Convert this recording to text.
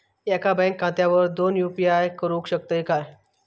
एका बँक खात्यावर दोन यू.पी.आय करुक शकतय काय?